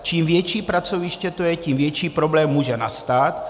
Čím větší pracoviště, tím větší problém může nastat.